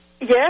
Yes